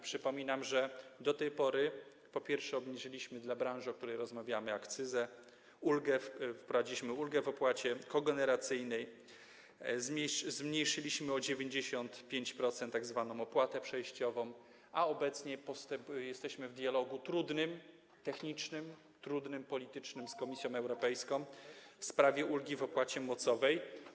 Przypominam, że do tej pory, po pierwsze, obniżyliśmy dla branży, o której rozmawiamy, akcyzę, wprowadziliśmy ulgę w opłacie kogeneracyjnej, zmniejszyliśmy o 95% tzw. opłatę przejściową, a obecnie jesteśmy w trudnym dialogu technicznym, politycznym z Komisją Europejską w sprawie ulgi w opłacie mocowej.